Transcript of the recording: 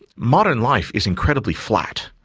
modern life is incredibly flat.